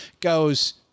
goes